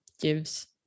gives